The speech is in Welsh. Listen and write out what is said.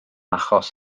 achos